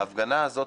ההפגנה הזאת,